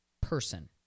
person